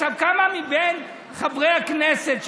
כמה מבין חברי הכנסת שייבחרו,